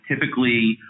typically